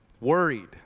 worried